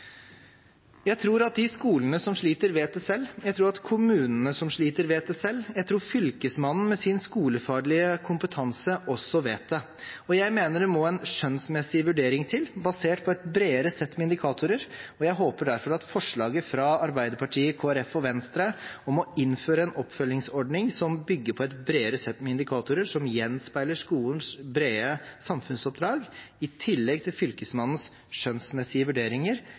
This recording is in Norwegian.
Jeg tror at de skolene som sliter, vet det selv. Jeg tror at kommunene som sliter, vet det selv. Jeg tror Fylkesmannen med sin skolefaglige kompetanse også vet det, og jeg mener det må en skjønnsmessig vurdering til, basert på et bredere sett med indikatorer. Jeg håper derfor at forslaget fra Arbeiderpartiet, Kristelig Folkeparti og Venstre om å innføre en oppfølgingsordning som bygger på et bredere sett med indikatorer som gjenspeiler skolens brede samfunnsoppdrag, i tillegg til Fylkesmannens skjønnsmessige vurderinger,